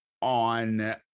on